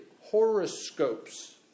Horoscopes